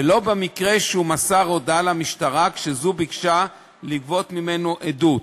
ולא במקרה שהוא מסר הודאה למשטרה כשזו ביקשה לגבות ממנו עדות.